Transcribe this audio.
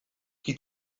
qui